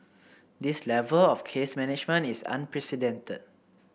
this level of case management is unprecedented